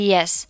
Yes